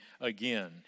again